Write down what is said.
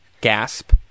gasp